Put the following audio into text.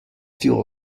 fuel